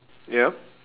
ya